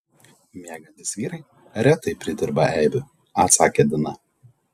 miegantys vyrai retai pridirba eibių atsakė dina